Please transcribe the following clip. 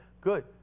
Good